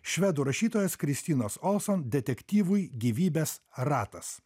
švedų rašytojos kristinos olson detektyvui gyvybės ratas